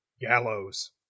Gallows